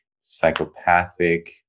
psychopathic